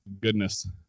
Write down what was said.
goodness